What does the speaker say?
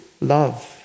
love